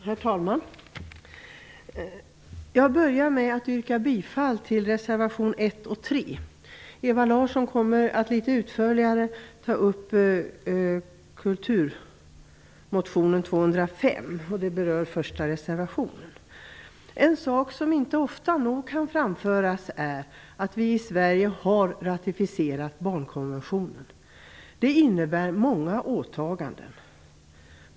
Herr talman! Jag börjar med att yrka bifall till reservationerna 1 och 3. Ewa Larsson kommer att ta upp kulturmotionen 205 litet utförligare. Den berör reservation 1. En sak som inte ofta nog kan framföras är att vi i Sverige har ratificerat barnkonventionen. Det innebär många åtaganden.